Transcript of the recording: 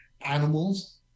animals